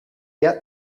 get